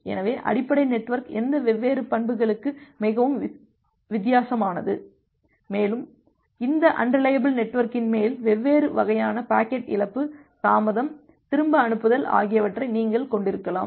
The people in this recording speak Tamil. எனவே அடிப்படை நெட்வொர்க் எந்த வெவ்வேறு பண்புகளுக்கு மிகவும் வித்தியாசமானது மேலும் இந்த அன்ரிலையபில் நெட்வொர்க்கின் மேல் வெவ்வேறு வகையான பாக்கெட் இழப்பு தாமதம் திரும்பஅனுப்புதல் ஆகியவற்றை நீங்கள் கொண்டிருக்கலாம்